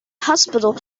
hospital